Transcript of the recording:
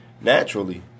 naturally